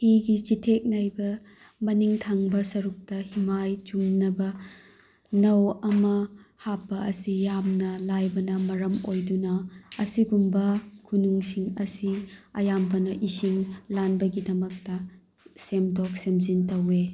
ꯆꯤꯊꯦꯛ ꯅꯥꯏꯕ ꯃꯅꯤꯡ ꯊꯪꯕ ꯁꯔꯨꯛꯇ ꯍꯤꯃꯥꯏ ꯆꯨꯝꯅꯕ ꯅꯧ ꯑꯃ ꯍꯥꯞꯄ ꯑꯁꯤ ꯌꯥꯝꯅ ꯂꯥꯏꯕꯅ ꯃꯔꯝ ꯑꯣꯏꯗꯨꯅ ꯑꯁꯤꯒꯨꯝꯕ ꯈꯨꯅꯨꯡꯁꯤꯡ ꯑꯁꯤ ꯑꯌꯥꯝꯕꯅ ꯏꯁꯤꯡ ꯂꯥꯟꯕꯒꯤꯗꯃꯛꯇ ꯁꯦꯝꯗꯣꯛ ꯁꯦꯝꯖꯤꯟ ꯇꯧꯋꯤ